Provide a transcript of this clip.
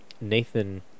Nathan